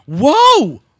Whoa